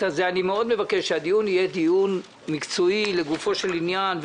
אני מאוד מבקש שהדיון יהיה דיון מקצועי לגופו של עניין,